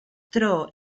dro